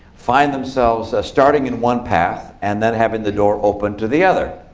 find themselves starting in one path and then having the door open to the other.